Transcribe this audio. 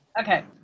Okay